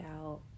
out